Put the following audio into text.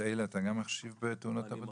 את אלה אתה גם מחשיב בתאונות עבודה?